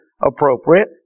appropriate